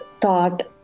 thought